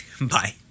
Bye